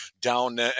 down